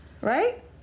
right